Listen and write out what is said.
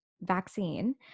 vaccine